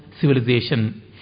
civilization